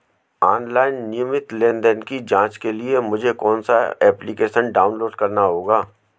Online नियमित लेनदेन की जांच के लिए मुझे कौनसा एप्लिकेशन डाउनलोड करना होगा?